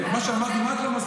ממה שאמרתי, עם מה את לא מסכימה?